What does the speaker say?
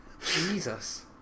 Jesus